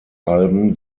alben